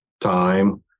time